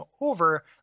over